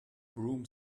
broom